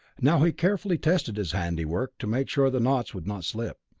now he carefully tested his handiwork to make sure the knots would not slip.